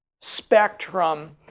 spectrum